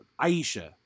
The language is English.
Aisha